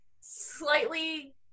slightly